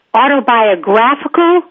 autobiographical